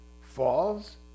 falls